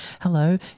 hello